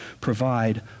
provide